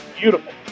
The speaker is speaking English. Beautiful